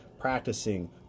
practicing